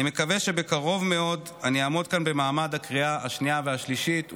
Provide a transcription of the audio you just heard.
אני מקווה שבקרוב מאוד אני אעמוד כאן במעמד הקריאה השנייה והשלישית.